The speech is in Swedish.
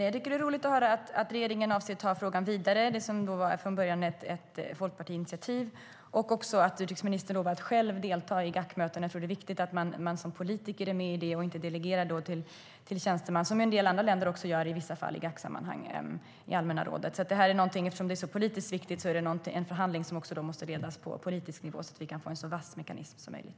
Fru talman! Jag tycker att det är roligt att höra att regeringen avser att ta den fråga som från början var ett folkpartiinitiativ vidare och även att utrikesministern lovar att själv delta i GAC-mötena. Det är nämligen viktigt att man som politiker är med där och inte delegerar till tjänstemän, vilket en del andra länder i vissa fall också gör i GAC-sammanhang och i allmänna rådet. Eftersom detta är så politiskt viktigt är det en förhandling som måste ledas på politisk nivå, så att vi kan få en så vass mekanism som möjligt.